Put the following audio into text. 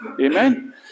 Amen